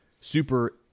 super